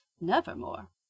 Nevermore